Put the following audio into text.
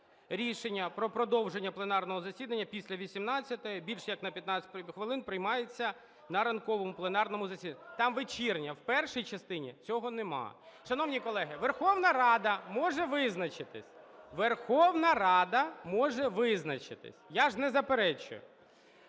Рішення про продовження пленарного засідання після 18-ї більш як на 15 хвилин приймається на ранковому пленарному засіданні. Там вечірнє. В першій частині цього нема. Шановні колеги, Верховна Рада може визначитись. Верховна Рада може визначитись. Я ж не заперечую.